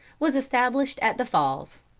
was established at the falls.